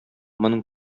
моның